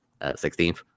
16th